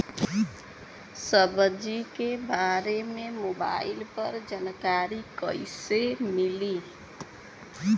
सब्जी के बारे मे मोबाइल पर जानकारी कईसे मिली?